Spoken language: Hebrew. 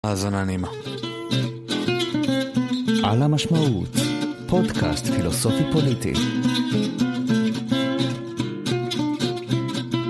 האזנה נעימה. על המשמעות. פודקאסט פילוסופי